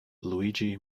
luigi